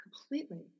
completely